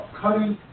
cutting